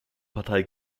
partei